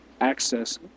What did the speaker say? access